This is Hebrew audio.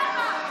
למה?